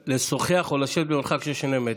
לשוחח או לשבת במרחק של שני מטרים,